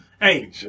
Hey